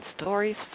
stories